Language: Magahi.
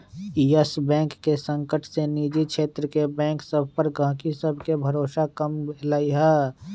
इयस बैंक के संकट से निजी क्षेत्र के बैंक सभ पर गहकी सभके भरोसा कम भेलइ ह